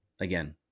again